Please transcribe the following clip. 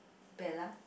Bella